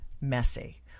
Messy